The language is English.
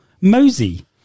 mosey